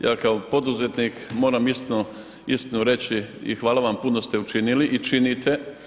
Ja kao poduzetnik moram istinu reći i hvala vam puno ste učinili i činite.